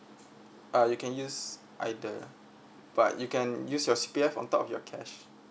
uh you can use either but you can use your C_P_F on top of your cash